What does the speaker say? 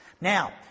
Now